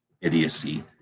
idiocy